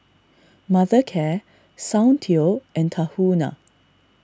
Mothercare Soundteoh and Tahuna